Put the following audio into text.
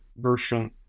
version